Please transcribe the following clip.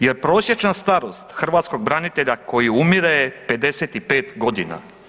Jer prosječna starost hrvatskog branitelja koji umire je 55 godina.